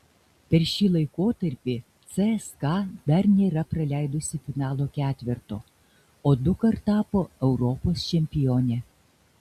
per šį laikotarpį cska dar nėra praleidusi finalo ketverto o dukart tapo eurolygos čempione